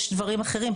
יש דברים אחרים.